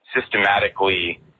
systematically